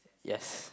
yes